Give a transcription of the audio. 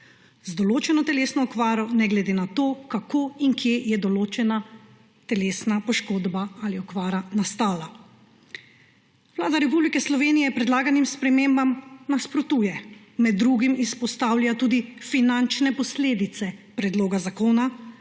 določeno telesno okvaro, ne glede na to, kako in kje je določena telesna poškodba ali okvara nastala. Vlada Republike Slovenije predlaganim spremembam nasprotuje, med drugim izpostavlja tudi finančne posledice predloga zakona,